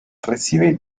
recibe